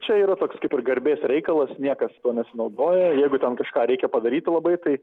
čia yra toks kaip ir garbės reikalas niekas tuo nesinaudoja jeigu ten kažką reikia padaryti labai tai